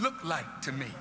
looked like to me